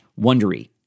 wondery